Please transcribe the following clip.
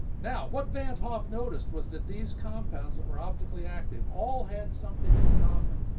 now, what van't hoff noticed was that these compounds, that were optically active, all had something in common.